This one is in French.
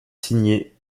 signée